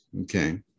okay